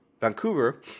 Vancouver